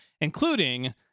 including